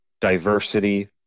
diversity